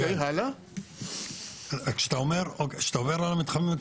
כשאתה אומר לנו מתחמים,